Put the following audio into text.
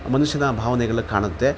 ಮನುಷ್ಯನ ಭಾವೆನೆಗಳು ಕಾಣುತ್ತೆ